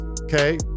okay